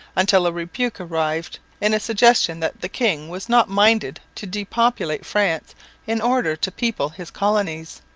until a rebuke arrived in a suggestion that the king was not minded to depopulate france in order to people his colonies.